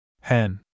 Hen